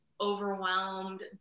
overwhelmed